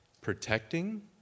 protecting